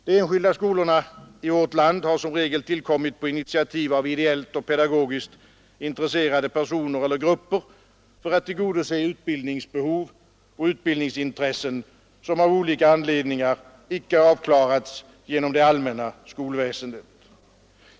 De enskilda skolorna i vårt land har som regel tillkommit på initiativ av ideellt och pedagogiskt intresserade personer eller grupper för att tillgodose utbildningsbehov och utbildningsintressen som av olika anledningar icke avklarats genom det allmänna skolväsendet.